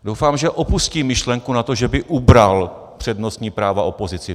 Doufám, že opustí myšlenku na to, že by ubral přednostní práva opozici.